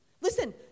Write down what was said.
listen